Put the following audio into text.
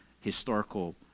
Historical